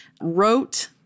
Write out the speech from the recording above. wrote